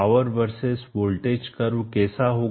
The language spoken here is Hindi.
पावर वर्सेस वोल्टेज कर्व कैसा होगा